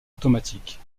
automatiques